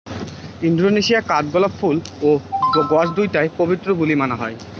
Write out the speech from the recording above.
Indonesia কাঠগোলাপ ফুল ও গছ দুইটায় পবিত্র বুলি মানা হই